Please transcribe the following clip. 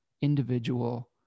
individual